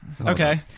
Okay